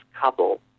couple